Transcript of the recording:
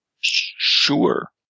Sure